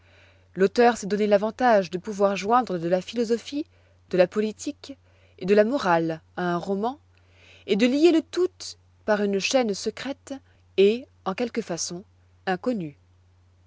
l'auteur s'est donné l'avantage de pouvoir joindre de la philosophie de la politique et de la morale à un roman et de lier le tout par une chaîne secrète et en quelque façon inconnue